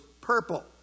purple